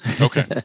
Okay